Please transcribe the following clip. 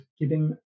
giving